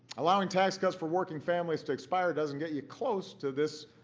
allowing tax cuts for working families to expire doesn't get you close to this